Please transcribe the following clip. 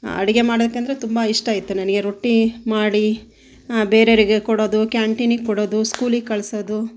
ಅಡಿಗೆ ಮಾಡೋಕ್ಕೆ ಅಂದರೆ ತುಂಬ ಇಷ್ಟ ಇತ್ತು ನನಗೆ ರೊಟ್ಟಿ ಮಾಡಿ ಬೇರೆಯವರಿಗೆ ಕೊಡೋದು ಕ್ಯಾಂಟೀನಿಗೆ ಕೊಡೋದು ಸ್ಕೂಲಿಗೆ ಕಳ್ಸೋದು